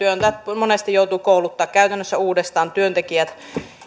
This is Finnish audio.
monesti joutuvat kouluttamaan käytännössä uudestaan työntekijät